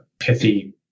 pithy